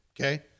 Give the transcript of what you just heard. Okay